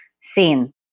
seen